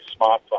smartphone